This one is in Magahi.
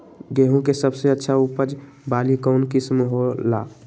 गेंहू के सबसे अच्छा उपज वाली कौन किस्म हो ला?